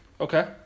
Okay